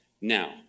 Now